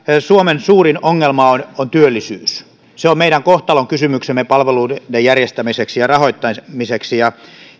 suomen suurin ongelma on on työllisyys se on meidän kohtalonkysymyksemme palveluiden järjestämiseksi ja rahoittamiseksi ja